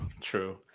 True